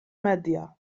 media